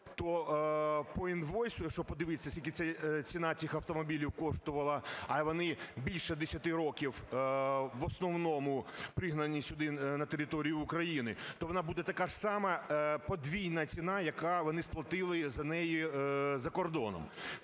то по інвойсу, якщо подивитися, скільки ця ціна цих автомобілів коштувала, а вони більше 10 років в основному пригнані сюди на територію України, то вона буде така ж сама подвійна ціна, яку вони сплатили за неї за кордоном.